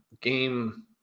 game